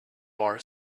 bar